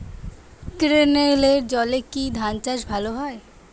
ক্যেনেলের জলে কি ধানচাষ ভালো হয়?